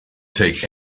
take